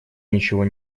ничего